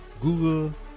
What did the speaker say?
Google